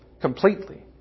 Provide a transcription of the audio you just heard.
completely